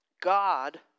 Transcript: God